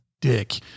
dick